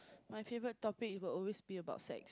my favourite topic it will always be about sex